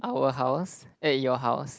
our house at your house